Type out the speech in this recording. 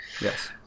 yes